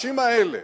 האנשים האלה